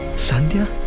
sandhya!